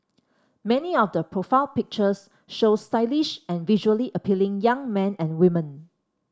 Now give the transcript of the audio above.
many of the profile pictures show stylish and visually appealing young men and women